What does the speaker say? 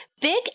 Big